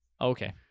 Okay